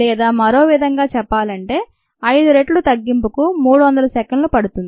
లేదా మరో విధంగా చెప్పాలంటే 5 రెట్లు తగ్గింపుకు 300 సెకండ్లు పడుతుంది